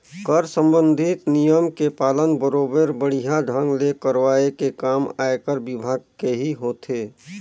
कर संबंधित नियम के पालन बरोबर बड़िहा ढंग ले करवाये के काम आयकर विभाग केही होथे